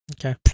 Okay